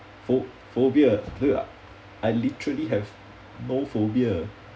pho~ phobia I literally have no phobia